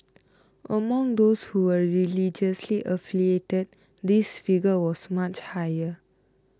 among those who were religiously affiliated this figure was much higher